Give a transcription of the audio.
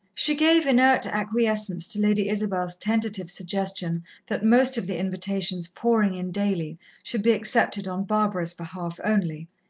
she gave inert acquiescence to lady isabel's tentative suggestion that most of the invitations pouring in daily should be accepted on barbara's behalf only,